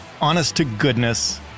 honest-to-goodness